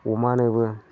अमानोबो